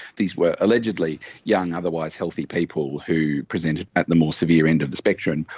these were allegedly young otherwise healthy people who presented at the more severe end of the spectrum,